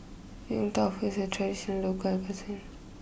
Yong Tau Foo is a tradition local cuisine